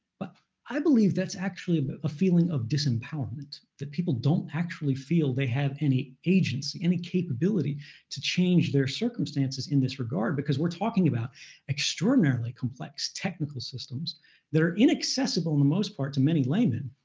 but i believe that's actually a feeling of disempowerment, that people don't actually feel they have any agency, any capability to change their circumstances in this regard. because we're talking about extraordinarily complex technical systems that are inaccessible in the most part to many laymen.